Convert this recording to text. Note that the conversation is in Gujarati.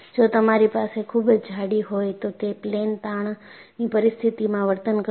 જો તમારી પાસે ખૂબ જ જાડી હોય તો તે પ્લેન તાણની પરીસ્થિતિમાં વર્તન કરશે